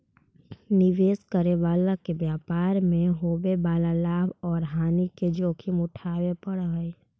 निवेश करे वाला के व्यापार मैं होवे वाला लाभ औउर हानि के जोखिम उठावे पड़ऽ हई